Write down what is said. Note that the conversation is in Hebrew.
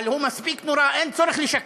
אבל הוא מספיק נורא, אין צורך לשקר.